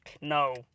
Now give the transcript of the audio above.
no